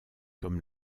comme